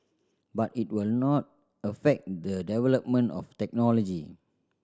but it will not affect the development of technology